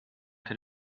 that